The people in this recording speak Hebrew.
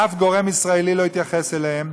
אף גורם ישראלי לא התייחס אליהם,